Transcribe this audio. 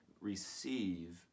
receive